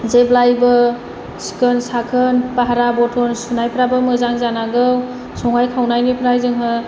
जेब्लायबो सिखोन साखोन बाह्रा बर्टन सुनायफ्राबो मोजां जानांगौ संनाय खावनायनिफ्राय जोङो